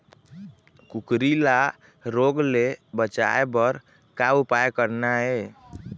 कुकरी ला रोग ले बचाए बर का उपाय करना ये?